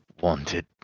wanted